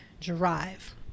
drive